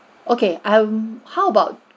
okay mm how about